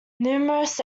numerous